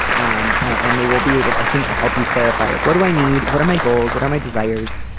um and they will be able, i think, to help you clarify, like, what do i need? what are my goals? what are my desires?